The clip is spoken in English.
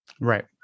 Right